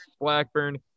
Blackburn